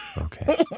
Okay